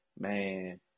Man